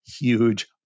huge